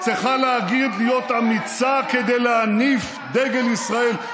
צריכה להיות אמיצה כדי להניף דגל ישראל,